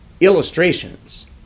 illustrations